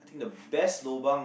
think the best lobang